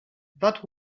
that